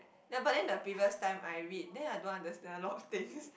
ya but then the previous time I read then I don't understand a lot of things